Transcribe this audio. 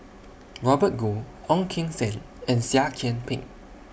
Robert Goh Ong Keng Sen and Seah Kian Peng